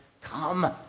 come